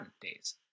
days